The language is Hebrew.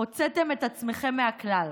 הוצאתם את עצמכם מהכלל.